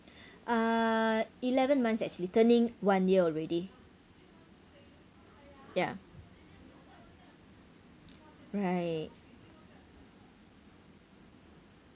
uh eleven months actually turning one year already ya right